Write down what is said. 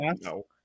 no